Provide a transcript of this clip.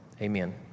amen